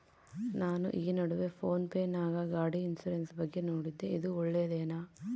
ನಾನು ಈ ನಡುವೆ ಫೋನ್ ಪೇ ನಾಗ ಗಾಡಿ ಇನ್ಸುರೆನ್ಸ್ ಬಗ್ಗೆ ನೋಡಿದ್ದೇ ಇದು ಒಳ್ಳೇದೇನಾ?